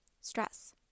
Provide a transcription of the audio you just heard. stress